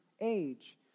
age